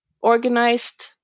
organized